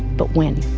but when.